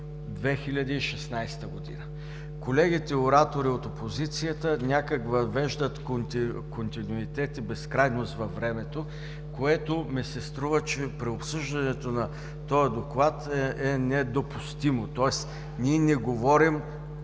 2016 г. Колегите оратори от опозицията някак въвеждат континюитет и безкрайност във времето, което ми се струва, че при обсъждането на този Доклад е недопустимо. Тоест ние не говорим